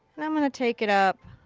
and i'm gonna take it up.